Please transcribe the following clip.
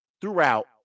throughout